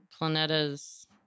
Planeta's